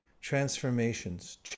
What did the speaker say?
Transformations